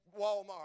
Walmart